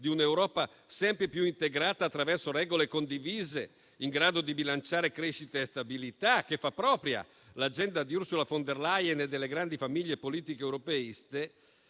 di un'Europa sempre più integrata attraverso regole condivise, in grado di bilanciare crescita e stabilità, che fa propria l'agenda di Ursula von der Leyen e delle grandi famiglie politiche europeiste,